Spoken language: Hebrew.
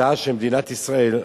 ההרתעה של מדינת ישראל.